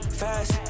fast